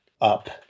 up